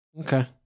Okay